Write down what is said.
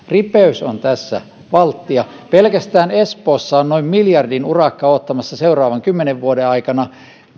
ripeys on tässä valttia pelkästään espoossa on noin miljardin urakka odottamassa seuraavan kymmenen vuoden aikana